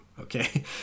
okay